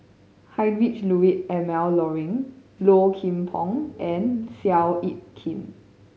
Heinrich Ludwig Emil Luering Low Kim Pong and Seow Yit Kin